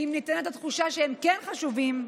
ואם ניתנת התחושה שהם כן חשובים,